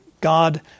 God